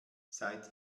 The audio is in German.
seit